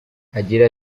agira